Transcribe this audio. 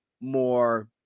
more